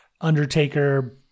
undertaker